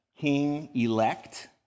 king-elect